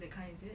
that kind is it